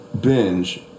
binge